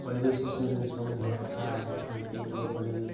ପରିବେଶ ବିଷୟରେ ସବୁ ଭଲ କଥା ଲେଖିଥାନ୍ତି ଯେପରି